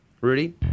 Rudy